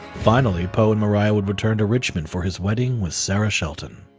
finally, poe and maria would return to richmond for his wedding with sarah shelton.